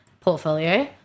portfolio